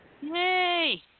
Yay